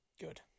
Good